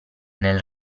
nel